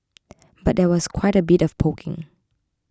but there was quite a bit of poking